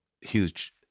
huge